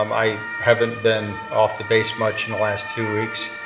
um i haven't been off the base much in the last two weeks.